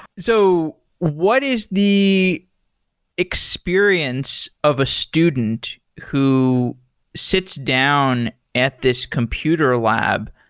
so what is the experience of a student who sits down at this computer lab,